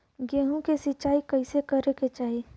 गेहूँ के सिंचाई कइसे करे के चाही?